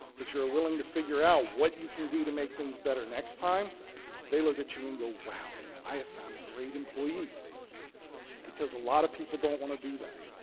that you are willing to figure out what you can do to make things better next time they look at you and go wow i have found a great employee because a lot of people don't want to do that.